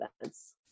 events